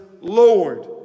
Lord